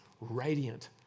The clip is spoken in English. radiant